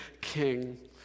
king